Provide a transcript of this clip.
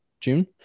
June